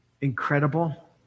Incredible